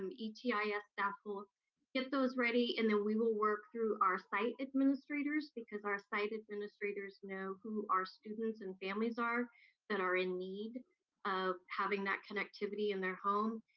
um etis ah staff will get those ready and then we will work through our site administrators, because our site administrators know who our students and families are that are in need of having that connectivity in their home,